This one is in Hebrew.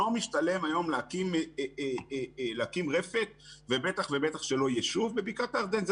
לא משתלם היום להקים רפת ובטח ובטח שלא ישוב בבקעת הירדן.